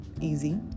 easy